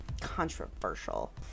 controversial